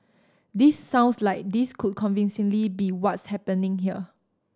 this sounds like this could convincingly be what's happening here